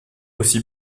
aussi